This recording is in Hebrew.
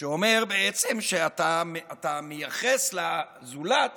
שאומר שאתה מייחס לזולת